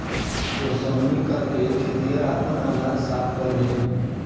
ओसौनी करके खेतिहर आपन अनाज साफ करेलेन